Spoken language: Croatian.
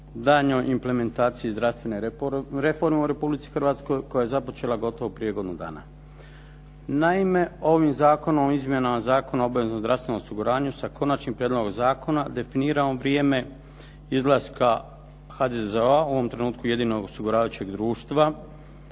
daljnjoj implementaciji zdravstvene reforme u Republici Hrvatskoj koja je započela gotovo prije godinu dana. Naime, ovim zakonom o izmjenama Zakona o obaveznom zdravstvenom osiguranju sa Konačnim prijedlogom zakona definiramo vrijeme izlaska HZZO-a u ovom trenutku jedinog osiguravajućeg društva